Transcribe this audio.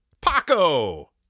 Paco